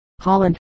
Holland